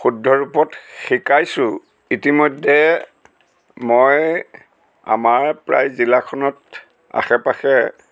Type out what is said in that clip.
শুদ্ধ ৰূপত শিকাইছোঁ ইতিমধ্যে মই আমাৰ প্ৰায় জিলাখনত আশে পাশে